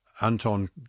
Anton